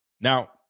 Now